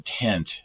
intent